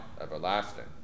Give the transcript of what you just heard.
everlasting